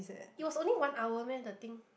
it was only one hour meh the thing